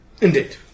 indeed